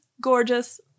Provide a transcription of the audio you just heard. gorgeous